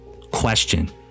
Question